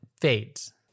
fades